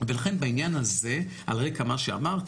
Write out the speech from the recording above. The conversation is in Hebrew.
ולכן בעניין הזה על רקע מה שאמרת,